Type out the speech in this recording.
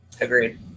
Agreed